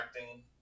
acting